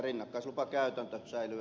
kannatan ed